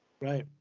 Right